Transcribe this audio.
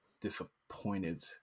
disappointed